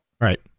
Right